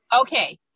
Okay